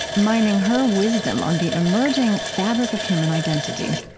mining her wisdom on the emerging fabric of human identity.